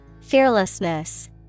Fearlessness